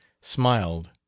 smiled